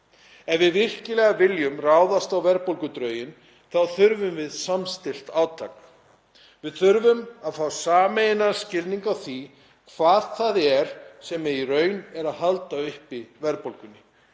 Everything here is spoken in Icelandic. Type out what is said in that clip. Ef við virkilega viljum ráðast á verðbólgudrauginn þá þurfum við samstillt átak. Við þurfum að fá sameiginlegan skilning á því hvað það er sem heldur í raun uppi verðbólgunni.